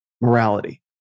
morality